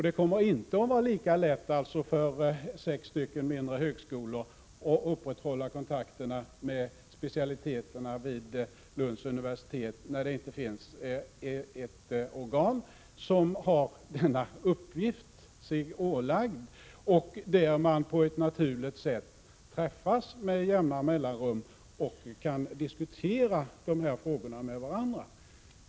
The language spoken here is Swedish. Det kommer inte att vara lika lätt för sex mindre högskolor att upprätthålla kontakterna med specialiteterna vid Lunds universitet när det inte finns ett organ som har denna uppgift sig ålagd och där man på ett naturligt sätt träffas med jämna mellanrum och kan diskutera de här frågorna med varandra.